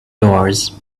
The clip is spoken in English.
doors